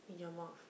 in your mouth